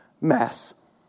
mass